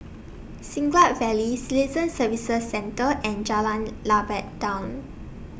Siglap Valley Citizen Services Centre and Jalan Lebat Daun